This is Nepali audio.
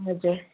हजुर